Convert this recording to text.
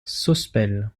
sospel